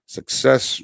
Success